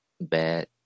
bad